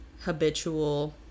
habitual